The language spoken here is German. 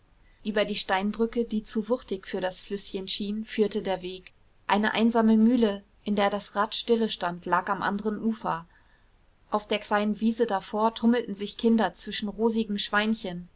über die steinbrücke die zu wuchtig für das flüßchen schien führte der weg eine einsame mühle in der das rad stille stand lag am anderen ufer auf der kleinen wiese davor tummelten sich kinder zwischen rosigen schweinchen